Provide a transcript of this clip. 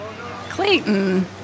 Clayton